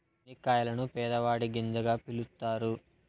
చనిక్కాయలను పేదవాడి గింజగా పిలుత్తారు